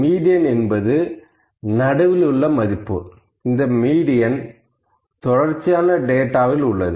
median என்பது நடுவில் உள்ள மதிப்பு இந்த மீடியன் தொடர்ச்சியான டேட்டாவில் உள்ளது